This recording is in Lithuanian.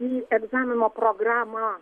į egzamino programą